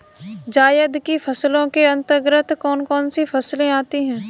जायद की फसलों के अंतर्गत कौन कौन सी फसलें आती हैं?